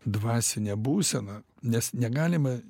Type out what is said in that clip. dvasinę būseną nes negalima